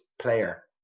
player